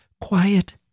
quiet